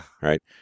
Right